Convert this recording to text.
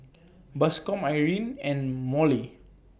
Bascom Irene and Mollie